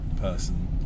person